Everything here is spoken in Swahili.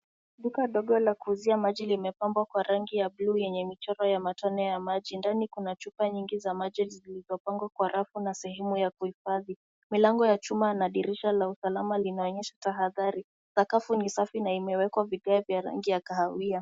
Duka dogo la kuuza maji limepambwa kwa rangi ya buluu yenye michoro ya matone ya maji. Ndani kuna chupa nyingi za maji zilizopangwa kwa rafu na sehemu ya kuhifadhi. Milango wa chuma na dirisha la usalama linaonyesha tahadhari. Sakafu ni safi na imewekwa vigai vya rangi ya kahawia.